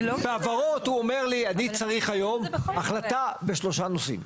בהבהרות הוא אומר לי אני צריך היום החלטה בשלושה נושאים.